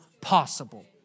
possible